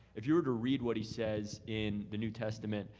if you were to read what he says in the new testament,